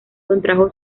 contrajo